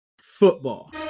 football